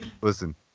Listen